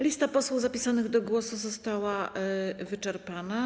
Lista posłów zapisanych do głosu została wyczerpana.